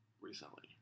recently